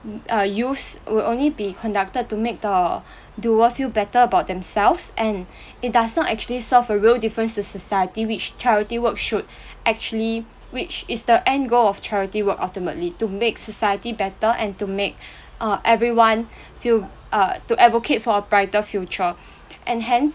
uh use will only be conducted to make the doer feel better about themselves and it does not actually solve a real difference to society which charity work should actually which is the end goal of charity work ultimately to make society better and to make uh everyone feel uh to advocate for a brighter future and hence